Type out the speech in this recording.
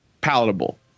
palatable